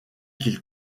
qu’il